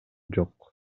жок